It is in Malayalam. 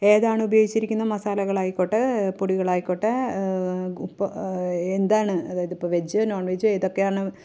ഏതാണ് ഉപയോഗിച്ചിരിക്കുന്ന മസാലകളായിക്കോട്ടെ പൊടികളായിക്കോട്ടേ ഉപ്പ് എന്ത് ആണ് അതായത് ഇപ്പോൾ വെജ് നോണ് വെജ് എതൊക്കെയാണ്